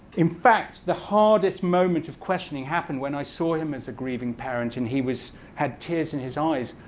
in fact, the hardest moment of questioning happened when i saw him as a grieving parent, and he was had tears in his eyes,